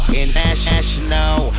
international